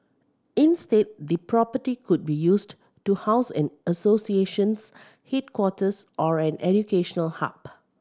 instead the property could be used to house an association's headquarters or an educational hub